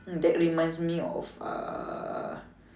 hmm that reminds of uh